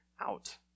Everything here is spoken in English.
out